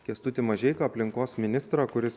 kęstutį mažeiką aplinkos ministrą kuris